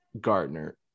Gardner